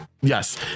yes